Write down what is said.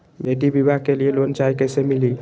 बेटी ब्याह के लिए लोन चाही, कैसे मिली?